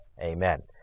Amen